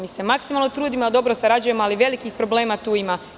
Mi se maksimalno trudimo da dobro sarađujemo, ali velikih problema tu ima.